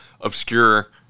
obscure